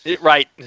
Right